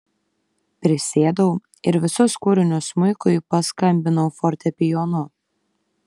prisėdau ir visus kūrinius smuikui paskambinau fortepijonu